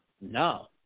no